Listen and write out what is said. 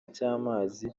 cy’amazi